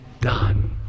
done